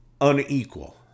unequal